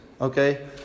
Okay